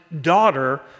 daughter